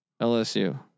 LSU